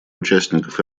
участников